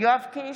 יואב קיש,